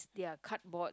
they are cardboard